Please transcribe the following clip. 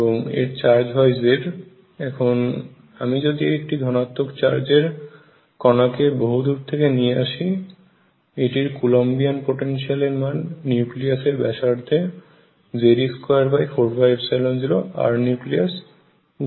এবং এর চার্জ হয় Z এখন আমি যদি একটি ধনাত্মক চার্জ এর কণাকে বহুদূর থেকে নিয়ে আসি এটির কলম্বিয়ান পোটেনশিয়াল এর মান নিউক্লিয়াসের ব্যাসার্ধে Ze24π0Rnucleus উচ্চতা সম্পন্ন হয়